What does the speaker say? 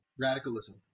Radicalism